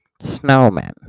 snowman